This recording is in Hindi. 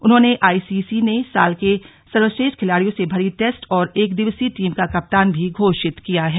उन्हें आईसीसी ने साल के सर्वश्रेष्ठ खिलाड़ियों से भरी टेस्ट और एक दिवसीय टीम का कप्तान भी घोषित किया है